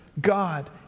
God